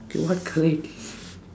okay what colour it is